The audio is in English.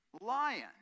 lion